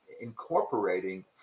incorporating